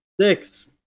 Six